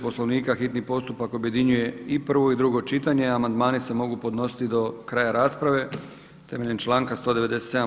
Poslovnika hitni postupak objedinjuje prvo i drugo čitanje, a amandmani se mogu podnositi do kraja rasprave, temeljem članka 197.